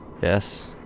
Yes